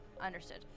Understood